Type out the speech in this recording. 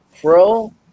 pro